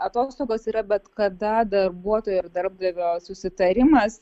atostogos yra bet kada darbuotojo darbdavio susitarimas